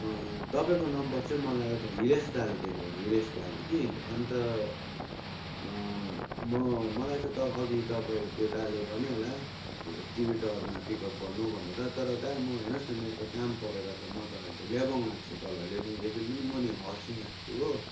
तपाईँको नम्बर चाहिँ मलाई यता हिरेस दाले दिएको हिरेस दाले कि अन्त म मलाई त अघि तपाईँ त्यो दाले भन्यो होला टिभी टावरमा पिकअप गर्नु भनेर तर दा म हेर्नुहोस् न मेरो त काम परेर त म त अहिले त लेबुङ आएको छु तल लेबुङदेखि पनि मुनि हरसिङ आएको छु हो